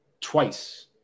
twice